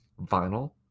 vinyl